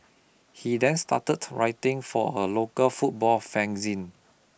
he then started writing for a local football fanzine